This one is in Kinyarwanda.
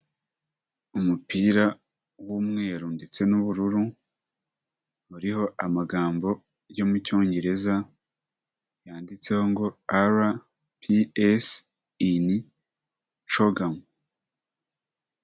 Umupira w'umweru ndetse n'ubururu buriho amagambo yo mu cyongereza yanditseho ngo RPS ini cogamo.